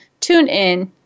TuneIn